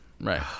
Right